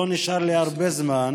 שלא נשאר לי הרבה זמן,